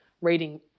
reading